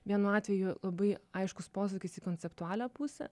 vienu atveju labai aiškus posūkis į konceptualią pusę